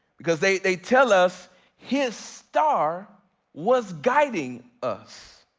because they they tell us his star was guiding us.